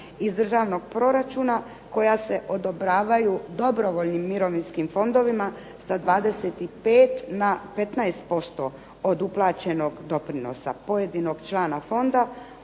iz državnog proračuna, koja se odobravaju dobrovoljnim mirovinskim fondovima sa 25 na 15% od uplaćenog doprinosa pojedinog člana fonda